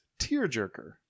tearjerker